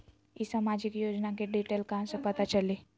ई सामाजिक योजना के डिटेल कहा से पता चली?